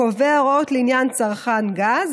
הקובע הוראות לעניין צרכן גז,